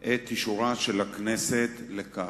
את אישורה של הכנסת לכך.